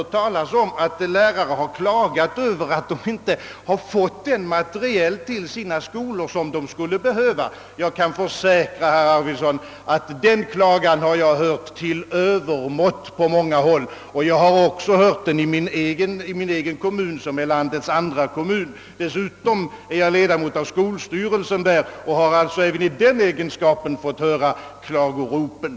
Det visar, att herr Arvidson, där han sitter i sitt elfenbenstorn, inte vet vad som händer ute på skolfältet. Sådana klagomål har jag hört till övermått på många håll. Jag har även hört dem i min egen kommun som är landets andra. Dessutom är jag ledamot av skolstyrelsen i kommunen och har alltså även i denna egenskap fått höra klagoropen.